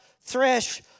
thresh